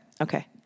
Okay